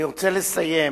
אני רוצה לסיים,